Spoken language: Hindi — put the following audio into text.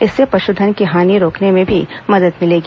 इससे पशुधन की हानि रोकने में भी मदद मिलेगी